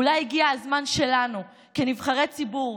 אולי הגיע הזמן שלנו כנבחרי ציבור,